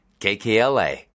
KKLA